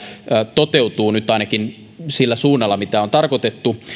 toteutuu nyt ainakin sillä suunnalla mitä on tarkoitettu